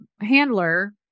handler